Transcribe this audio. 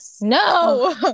no